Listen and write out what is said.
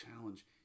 challenge